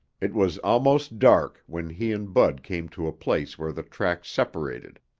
it was almost dark when he and bud came to a place where the tracks separated,